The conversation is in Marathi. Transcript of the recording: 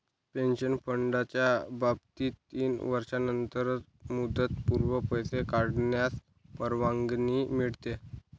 पेन्शन फंडाच्या बाबतीत तीन वर्षांनंतरच मुदतपूर्व पैसे काढण्यास परवानगी मिळते